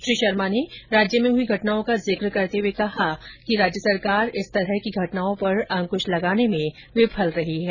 श्री शर्मा ने राज्य में हुई घटनाओं का जिक करते हुए कहा कि राज्य सरकार इस तरह की घटनाओं पर अंकुश लगाने में विफल रही है